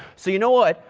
so you know what?